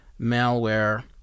malware